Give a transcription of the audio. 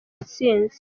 ntsinzi